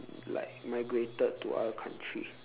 like migrated to other country